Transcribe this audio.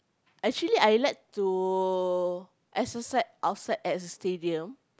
actually I like to exercise outside at the stadium